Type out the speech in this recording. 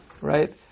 right